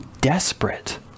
desperate